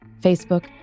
Facebook